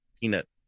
peanut